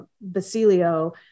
Basilio